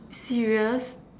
serious